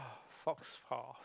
fox hall